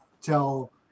tell